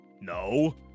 No